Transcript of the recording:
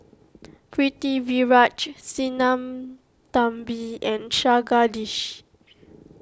Pritiviraj Sinnathamby and Jagadish